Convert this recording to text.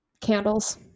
Candles